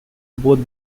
both